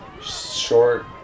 Short